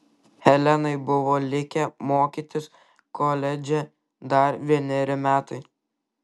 helenai buvo likę mokytis koledže dar vieneri metai